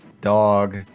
dog